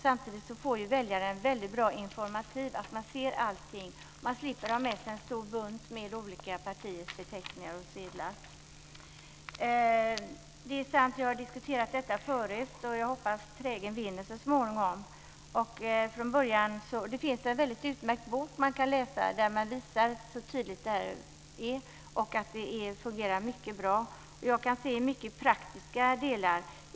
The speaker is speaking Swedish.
Samtidigt får väljaren väldigt bra information och ser allting. Man slipper ha med sig en stor bunt med olika partiers valsedlar. Det är sant att vi har diskuterat detta tidigare. Och jag hoppas att trägen vinner så småningom. Det finns en utmärkt bok som man kan läsa där det tydligt visas att detta fungerar mycket bra. Jag kan se många praktiska delar.